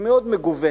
היא מאוד מגוונת,